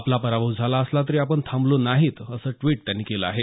आपला पराभव झाला असला तरी आपण थांबलो नाहीत असं ड्वीट त्यांनी केलं आहे